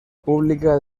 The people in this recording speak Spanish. pública